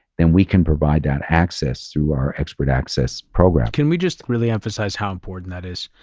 then we can provide that access through our expert access program. can we just really emphasize how important that is?